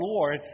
Lord